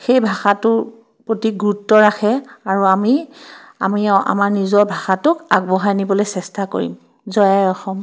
সেই ভাষাটোৰ প্ৰতি গুৰুত্ব ৰাখে আৰু আমি আমি আমাৰ নিজৰ ভাষাটোক আগবঢ়াই নিবলৈ চেষ্টা কৰিম জয় আই অসম